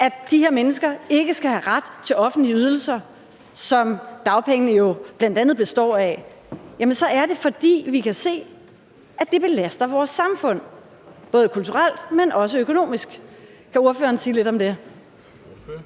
at de her mennesker ikke skal have ret til offentlige ydelser, som dagpengene jo bl.a. består af, så er det, fordi vi kan se, at det belaster vores samfund, både kulturelt, men også økonomisk. Kan ordføreren sige lidt om det?